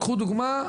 קחו דוגמא,